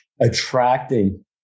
attracting